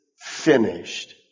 finished